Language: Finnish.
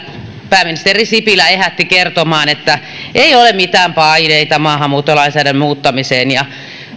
pääministeri sipilä ehätti kertomaan että ei ole mitään paineita maahanmuuttolainsäädännön muuttamiseen ja